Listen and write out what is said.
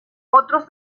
otros